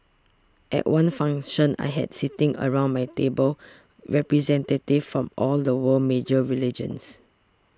at one function I had sitting around my table representatives of all the world's major religions